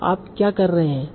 तो आप क्या कर रहे हैं